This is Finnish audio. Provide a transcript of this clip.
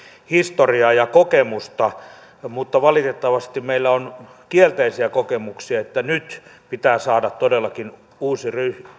historiaa ja kokemusta mutta valitettavasti meillä on kielteisiä kokemuksia nyt pitää saada todellakin uusi